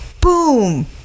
Boom